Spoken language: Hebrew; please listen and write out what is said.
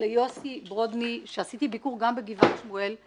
ליוסי ברודני שעשיתי ביקור גם בגבעת שמואל,